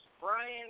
Brian